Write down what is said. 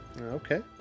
Okay